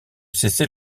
cesser